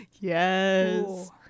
Yes